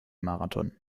marathon